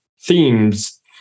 themes